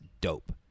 dope